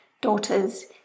daughter's